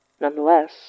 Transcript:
nonetheless